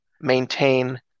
maintain